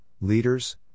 leaders